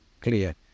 clear